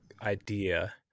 idea